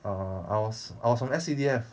err I was I was from S_C_D_F